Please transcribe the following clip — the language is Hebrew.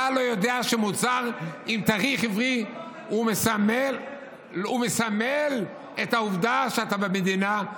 אתה לא יודע שמוצר עם תאריך עברי מסמל את העובדה שאתה במדינה?